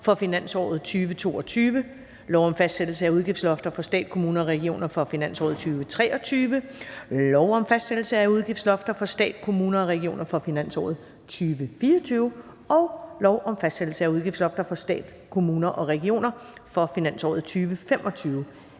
for finansåret 2022, lov om fastsættelse af udgiftslofter for stat, kommuner og regioner for finansåret 2023, lov om fastsættelse af udgiftslofter for stat, kommuner og regioner for finansåret 2024 og lov om fastsættelse af udgiftslofter for stat, kommuner og regioner for finansåret 2025.